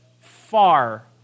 far